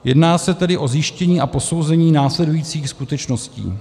Jedná se tedy o zjištění a posouzení následujících skutečností: